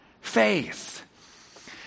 faith